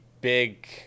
big